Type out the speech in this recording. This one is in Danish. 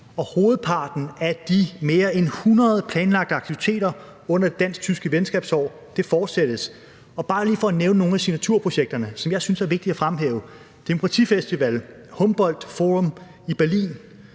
og hovedparten af de mere end 100 planlagte aktiviteter under det dansk-tyske venskabsår fortsættes. Som nogle af signaturprojekterne, som jeg synes er vigtige at fremhæve, vil jeg bare lige nævne demokratifestivallen på Humboldt Forum i Berlin